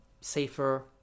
safer